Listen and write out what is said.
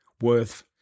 worth